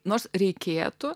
nors reikėtų